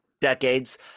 decades